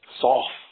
soft